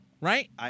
right